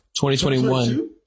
2021